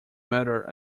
matter